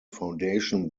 foundation